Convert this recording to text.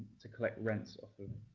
to collect rents